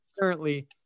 currently